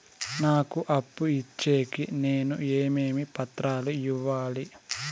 నాకు అప్పు ఇచ్చేకి నేను ఏమేమి పత్రాలు ఇవ్వాలి